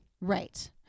right